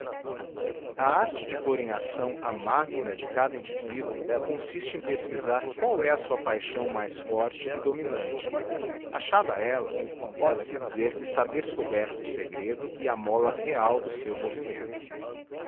a arte de pôr em acção a machina de cada infflviduo consiste em pesquizar qual é a sua paixão maler fórte e domfnatite achada ella póde-se dizer que está descoberto ô fiegredo e a mola real do seu movimento